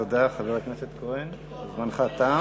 תודה, חבר הכנסת כהן, זמנך תם.